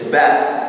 best